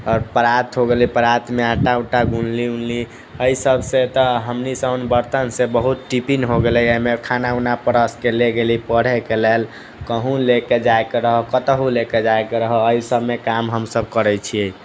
आओर परात हो गेलै परातमे आटा उटा गुनली उनली एहि सबसँ तऽ हमनी सब तऽ बर्तनसँ बहुत टिफिन हो गेलै एहिमे खाना उना परसके ले गेली पढ़ैके लेल कहुँ ले के जायके रहै कतहुँ लए के जाइके रहै एहि सबमे काम हमसब करै छियै